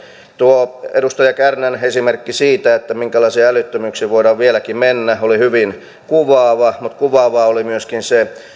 tuo edustaja kärnän esimerkki siitä minkälaisiin älyttömyyksiin voidaan vieläkin mennä oli hyvin kuvaava mutta kuvaavaa oli myöskin se